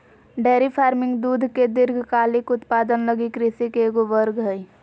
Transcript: dairy farming दूध के दीर्घकालिक उत्पादन लगी कृषि के एगो वर्ग हइ